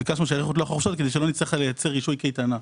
ביקשנו שיאריכו לנו את החופשות כדי שלא נצטרך לייצר רישוי קייטנה.